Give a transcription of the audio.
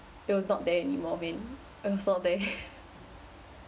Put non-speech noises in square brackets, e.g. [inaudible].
it was not there anymore man it was not there [breath]